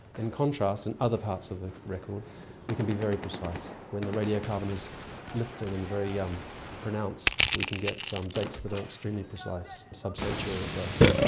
in contrast, in other parts of the record we can be very precise. when the radiocarbon is lifting and very um pronounced, we can get dates that are extremely precise, sub century at best.